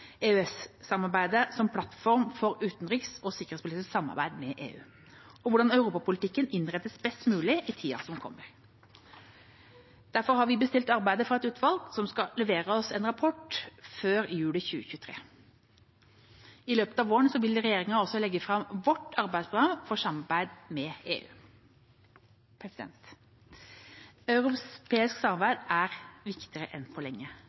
som plattform for utenriks- og sikkerhetspolitisk samarbeid med EU, og hvordan europapolitikken innrettes best mulig i tida som kommer. Derfor har vi bestilt arbeid fra et utvalg som skal levere oss en rapport før jul i 2023. I løpet av våren vil regjeringa også legge fram sitt arbeidsprogram for samarbeid med EU. Europeisk samarbeid er viktigere enn på lenge.